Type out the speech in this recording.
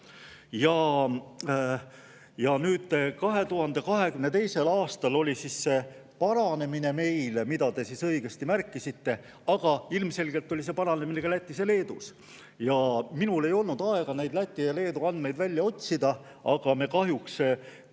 suurema. 2022. aastal oli see paranemine meil, mida te õigesti märkisite, aga ilmselgelt oli see paranemine ka Lätis ja Leedus. Minul ei olnud aega neid Läti ja Leedu andmeid välja otsida, aga me kahjuks … Teie